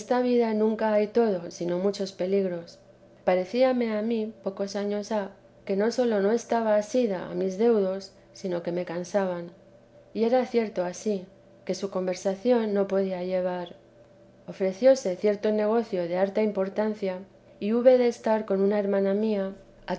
esta vida nunca hay todo sin muchos peligros parecíame a mí pocos años ha que no sólo no estaba asida a mis deudos sino me cansaban y era cierto ansí que su conversación no podía llevar ofrecióse cierto negocio de harta importancia y hube de estar con una hermana mía